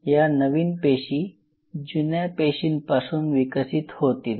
या नवीन पेशी जुन्या पेशींपासून विकसित होतील